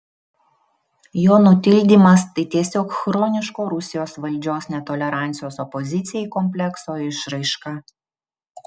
jo nutildymas tai tiesiog chroniško rusijos valdžios netolerancijos opozicijai komplekso išraiška